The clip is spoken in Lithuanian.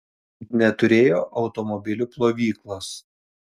neturėjo automobilių plovyklos